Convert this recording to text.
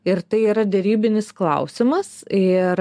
ir tai yra derybinis klausimas ir